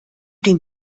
den